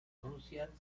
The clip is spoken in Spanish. rusia